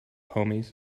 homies